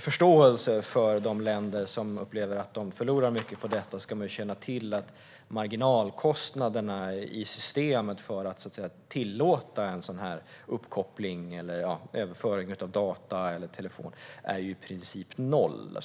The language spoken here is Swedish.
förståelse för de länder som upplever att de förlorar mycket på detta ska man känna till att marginalkostnaderna i systemet för att tillåta en sådan här uppkoppling, överföring av data eller telefon ju i princip är noll.